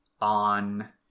on